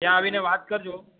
ત્યાં આવીને વાત કરજો